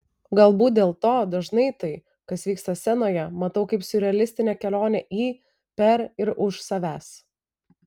galbūt dėl to dažnai tai kas vyksta scenoje matau kaip siurrealistinę kelionę į per ir už savęs